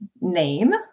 name